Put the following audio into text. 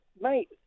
Mate